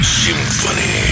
symphony